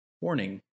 warning